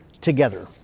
together